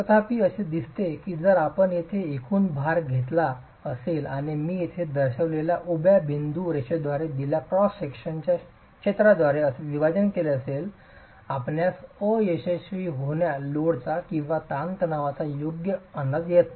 तथापि असे दिसते आहे की जर आपण येथे एकूण भार घेतला असेल आणि मी येथे दर्शविलेल्या उभ्या बिंदू रेषेद्वारे दिलेल्या क्रॉस सेक्शनच्या क्षेत्राद्वारे त्याचे विभाजन केले असेल तर आपणास अयशस्वी होणा लोडचा किंवा ताणतणावाचा योग्य अंदाज येत नाही